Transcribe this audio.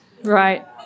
right